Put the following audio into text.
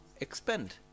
expand